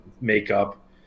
makeup